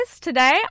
today